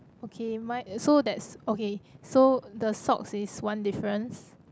okay mine so that's okay so the socks is one difference